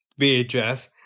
VHS